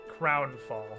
Crownfall